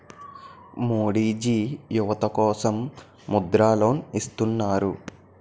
మోడీజీ యువత కోసం ముద్ర లోన్ ఇత్తన్నారు